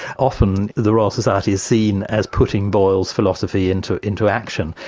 often the royal society is seen as putting boyle's philosophy into into action,